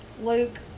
Luke